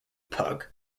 pugh